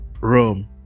Rome